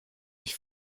ich